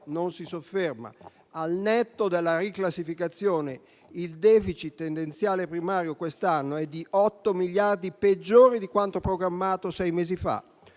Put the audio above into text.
non si sofferma: al netto della riclassificazione, il *deficit* tendenziale primario quest'anno è di 8 miliardi peggiore di quanto programmato sei mesi fa,